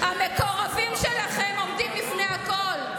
המקורבים שלכם עומדים לפני הכול.